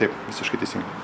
taip visiškai teisingai